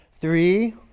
Three